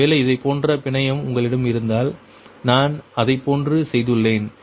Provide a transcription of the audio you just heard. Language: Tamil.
ஒருவேளை இதைப்போன்ற பிணையம் உங்களிடம் இருந்தால் நான் அதைப்போன்று செய்துள்ளேன்